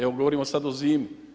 Evo, govorimo sad o zimi.